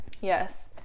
Yes